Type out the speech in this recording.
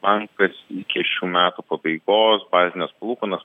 bankas iki šių metų pabaigos bazines palūkanas